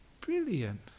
brilliant